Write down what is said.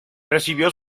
recibió